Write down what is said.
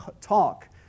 talk